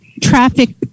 traffic